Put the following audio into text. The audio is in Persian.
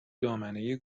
دامنه